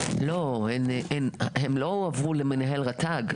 לא, הן לא עוברו למנהל רת"ג.